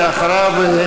ואחריו,